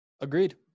Agreed